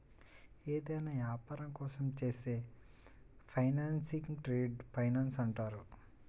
ఏదైనా యాపారం కోసం చేసే ఫైనాన్సింగ్ను ట్రేడ్ ఫైనాన్స్ అంటారు